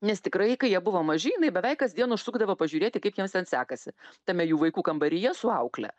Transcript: nes tikrai kai jie buvo maži jinai beveik kasdien užsukdavo pažiūrėti kaip jiems ten sekasi tame jų vaikų kambaryje su aukle